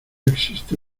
existe